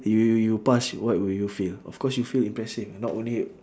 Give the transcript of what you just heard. you you you pass y~ what would you feel of course you feel impressive not only